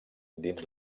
dins